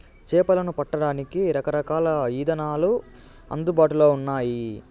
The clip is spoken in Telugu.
చేపలను పట్టడానికి రకరకాల ఇదానాలు అందుబాటులో ఉన్నయి